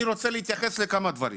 אני רוצה להתייחס לכמה דברים.